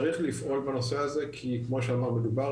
צריך לפעול בנושא הזה, כי זה עוד